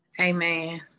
Amen